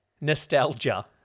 nostalgia